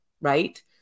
Right